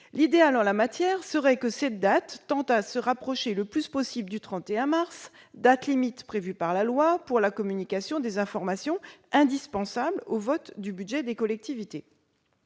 L'idéal en la matière serait que cette date tende à se rapprocher le plus possible du 31 mars, date limite prévue par la loi pour la communication des informations indispensables au vote du budget des collectivités.